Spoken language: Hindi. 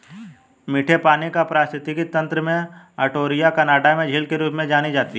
मीठे पानी का पारिस्थितिकी तंत्र में ओंटारियो कनाडा में झील के रूप में जानी जाती है